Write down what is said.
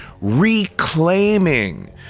Reclaiming